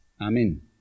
Amen